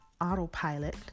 autopilot